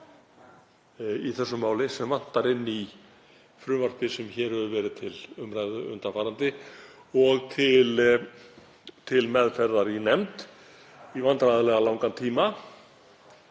í þessu máli sem vantar inn í frumvarpið sem hér hefur verið til umræðu undanfarið og til meðferðar í nefnd í vandræðalega langan tíma.